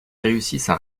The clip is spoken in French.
réussissent